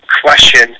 question